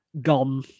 gone